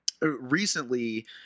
recently